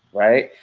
right.